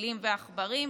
פילים ועכברים וכו'